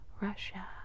Russia